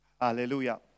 Hallelujah